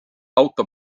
auto